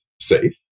safe